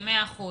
בסדר גמור.